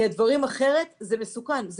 אחרת זה מסוכן,